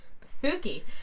spooky